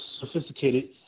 sophisticated